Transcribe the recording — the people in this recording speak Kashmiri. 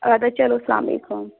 اَدٕ حظ چلو سلامُ علیکُم